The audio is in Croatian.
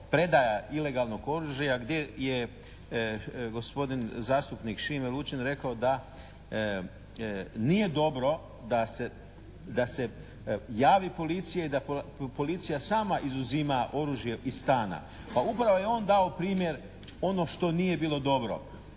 predaja ilegalnog oružja gdje je gospodin zastupnik Šime Lučin rekao da nije dobro da se javi policiji i da policija sama izuzima oružje iz stana. Pa upravo je on dao primjer ono što nije bilo dobro.